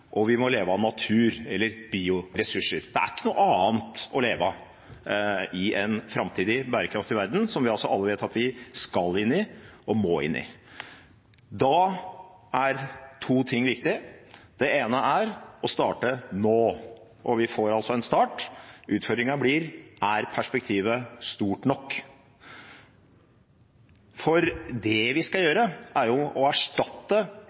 og vi må leve av natur eller bioressurser. Det er ikke noe annet å leve av i en framtidig bærekraftig verden, som vi alle vet at vi skal inn i og må inn i. Da er to ting viktig. Det ene er å starte nå, og vi får altså en start. Utfordringen blir: Er perspektivet stort nok? Det vi skal gjøre, er å erstatte